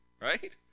right